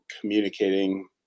communicating